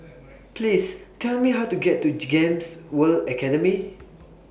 Please Tell Me How to get to G Gems World Academy